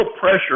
pressure